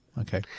Okay